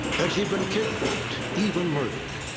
had she been kidnapped even murdered?